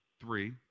Three